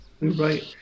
right